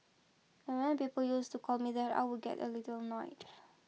and when people used to call me that I would get a little annoyed